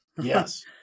Yes